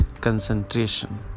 Concentration